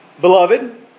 beloved